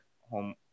home